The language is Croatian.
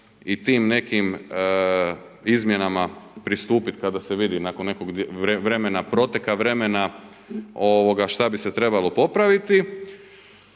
i tim nekim izmjenama pristupiti kada se vidi nakon nekog vremena, proteka vremena, šta bi s trebalo popraviti.